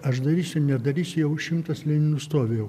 aš darysiu nedarysiu jau šimtas leninų stovi jau